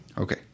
Okay